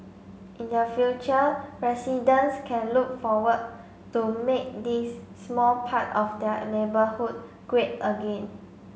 in the future residents can look forward to make this small part of their neighbourhood great again